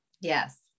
yes